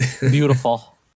beautiful